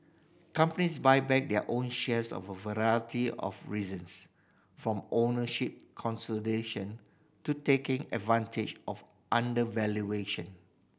companies buy back their own shares for a variety of reasons from ownership consolidation to taking advantage of undervaluation